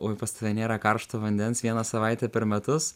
oj pas tave nėra karšto vandens vieną savaitę per metus